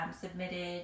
submitted